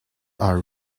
are